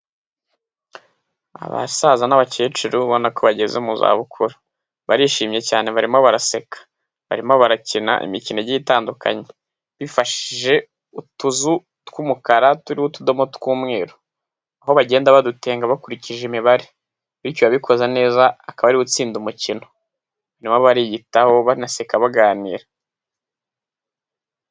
Abasaza n'abakecuru ubonako bageze mu zabukuru barishimye cyane barimo baraseka barimo barakina imikino igiye itandukanye bifashije utuzu tw'umukara tuririho utudomo tw'umweru aho bagenda badutenga bakurikije imibare bityo iwabikoze neza akaba ariwe utsinda umukino barimo bariyitaho banaseka baganira.